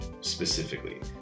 specifically